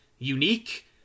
unique